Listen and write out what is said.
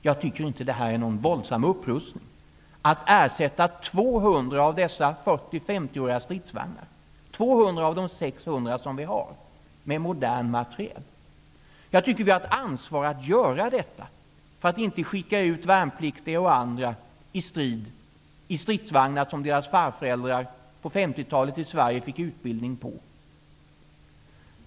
Jag tycker inte att det är någon våldsam upprustning att ersätta 200 av dessa 40--50-åriga stridsvagnar -- 200 av de 600 som vi har -- med modern materiel. Vi har ett ansvar att göra detta, så att inte värnpliktiga och andra skickas ut i stridsvagnar som deras farföräldrar på 50-talet fick utbildning på.